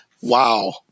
Wow